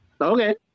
Okay